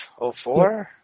04